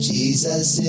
Jesus